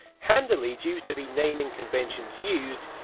handily, due to the naming conventions used.